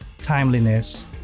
timeliness